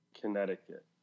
Connecticut